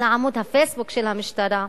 לעמוד ה"פייסבוק" של המשטרה,